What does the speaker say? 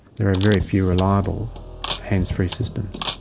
there are very few reliable hands free systems.